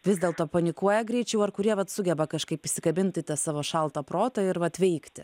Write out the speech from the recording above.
vis dėlto panikuoja greičiau ar kurie vat sugeba kažkaip įsikabint į tą savo šaltą protą ir vat veikti